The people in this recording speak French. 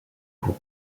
court